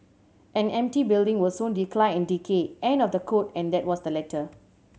an empty building will soon decline and decay end of the quote and that was the letter